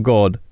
God